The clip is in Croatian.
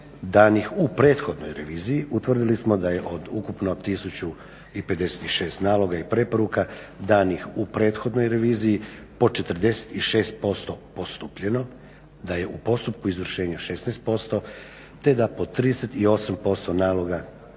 danih u prethodnoj reviziji utvrdili smo da je od ukupno 1056 naloga i preporuka danih u prethodnoj reviziji po 46% postupljeno, da je u postupku izvršenja 16% te da po 38% naloga i